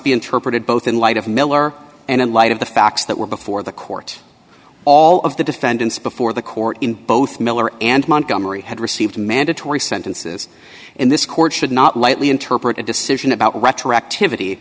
be interpreted both in light of miller and in light of the facts that were before the court all of the defendants before the court in both miller and montgomery had received mandatory sentences in this court should not lightly interpret a decision about retroactivity